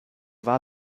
war